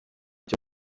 cyo